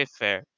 fair